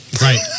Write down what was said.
Right